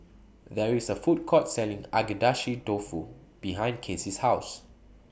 There IS A Food Court Selling Agedashi Dofu behind Kacy's House